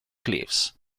cliffs